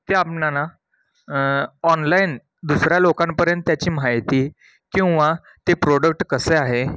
ते आपणाला ऑनलाईन दुसऱ्या लोकांपर्यंत त्याची माहिती किंवा ते प्रोडक्ट कसे आहे